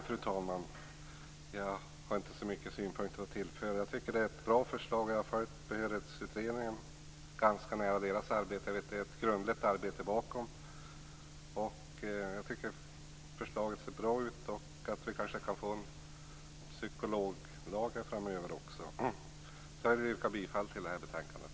Fru talman! Jag har inte så många synpunkter att tillföra. Jag tycker att det är ett bra förslag, och jag har följt Behörighetsutredningens arbete ganska nära. Jag vet att det är ett grundligt arbete bakom, och jag tycker att förslaget ser bra ut. Vi kanske också kan få en psykologlag framöver. Jag vill yrka bifall till betänkandet.